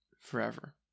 forever